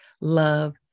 Love